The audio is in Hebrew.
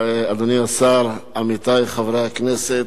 אדוני השר, עמיתי חברי הכנסת,